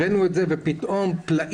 הבאנו את זה ופתאום פלאים,